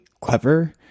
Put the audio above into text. clever